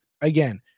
Again